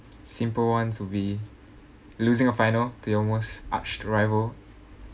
simple ones will be losing a final to your most arch rival